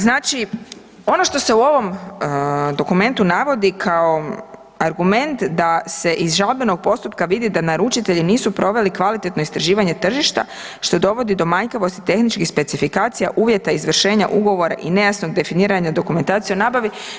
Znači, ono što se u ovom dokumentu navodi kao argument da se iz žalbenog postupka vidi da naručitelji nisu proveli kvalitetno istraživanje tržišta, što dovodi do manjkavosti tehničkih specifikacija, uvjeta izvršenja ugovora i nejasnog definiranja dokumentacije o nabavi.